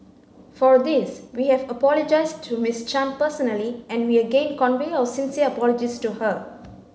for this we have apologised to Miss Chan personally and we again convey our sincere apologies to her